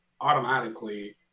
automatically